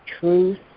truth